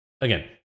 again